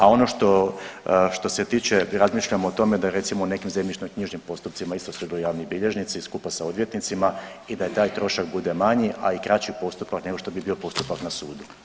A ono što, što se tiče, razmišljamo o tome da u nekim zemljišno knjižnim postupcima isto sudjeluju javni bilježnici skupa sa odvjetnicima i da taj trošak bude manji, a i kraće postupak nego što bi bio postupak na sudu.